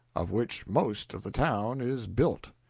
of which most of the town is built.